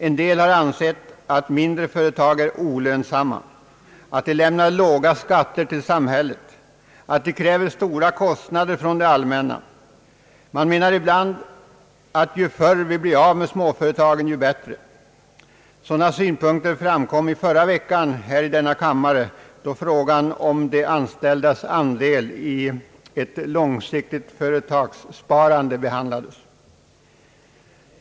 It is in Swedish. En del har ansett att mindre företag är olönsamma, att de lämnar låga skatter till samhället, att de kräver stora kostnader från det allmänna. Man menar ibland att ju förr vi blir av med småföretagen, desto bättre. Sådana synpunkter framkom i förra veckan här i denna kammare då frågan om de anställdas andel i ett långsiktigt företagssparande behandlades.